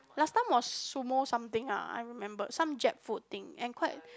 last time was sumo something ah I remember some Jap food thing and quite